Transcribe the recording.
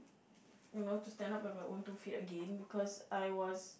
you know to stand up on my own two feet again because I was